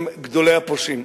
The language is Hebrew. והם גדולי הפושעים.